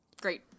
great